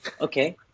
Okay